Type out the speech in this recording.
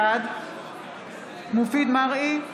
בעד מופיד מרעי,